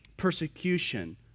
persecution